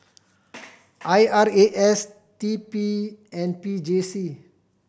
I R A S T P and P J C